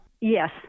Yes